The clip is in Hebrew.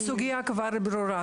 הסוגיה כבר ברורה.